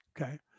Okay